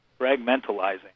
fragmentalizing